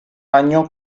año